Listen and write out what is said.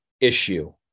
issue